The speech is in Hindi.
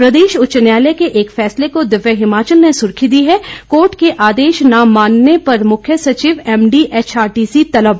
प्रदेश उच्च न्यायालय के एक फैसले को दिव्य हिमाचल ने सुर्खी दी है कोर्ट के आदेश न मानने पर मुख्य सचिव एमडी एचआरटीसी तलब